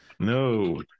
No